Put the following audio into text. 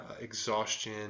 exhaustion